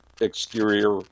exterior